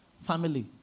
family